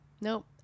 Nope